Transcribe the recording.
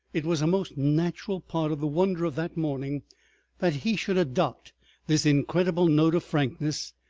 it was a most natural part of the wonder of that morning that he should adopt this incredible note of frankness,